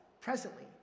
presently